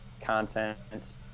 content